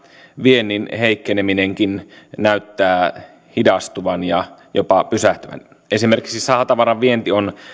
viennin heikkeneminenkin näyttää hidastuvan ja jopa pysähtyvän esimerkiksi sahatavaran vienti on